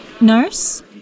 Nurse